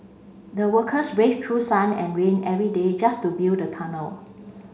the workers braved through sun and rain every day just to build the tunnel